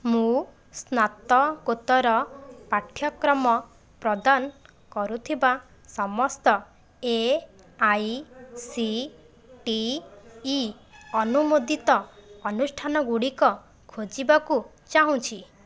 ମୁଁ ସ୍ନାତକୋତ୍ତର ପାଠ୍ୟକ୍ରମ ପ୍ରଦାନ କରୁଥିବା ସମସ୍ତ A I C T E ଅନୁମୋଦିତ ଅନୁଷ୍ଠାନଗୁଡ଼ିକ ଖୋଜିବାକୁ ଚାହୁଁଛି